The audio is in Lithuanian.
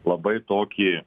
labai tokį